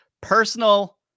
personal